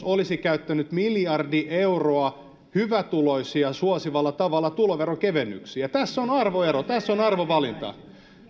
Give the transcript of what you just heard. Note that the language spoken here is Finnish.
olisi käyttänyt miljardi euroa hyvätuloisia suosivalla tavalla tuloveronkevennyksiin ja tässä on arvoero tässä on arvovalinta